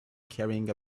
carrying